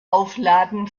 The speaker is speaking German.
aufladen